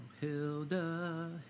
Hilda